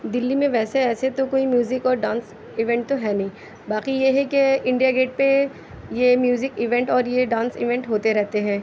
دہلی میں ویسے ایسے تو کوئی میوزک اور ڈانس ایونٹ تو ہے نہیں باقی یہ ہے کہ انڈیا گیٹ پہ یہ میوزک ایونٹ اور یہ ڈانس ایونٹ ہوتے رہتے ہیں